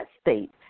state